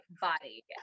body